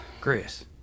Chris